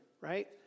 right